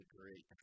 great